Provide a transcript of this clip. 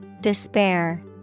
Despair